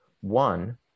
One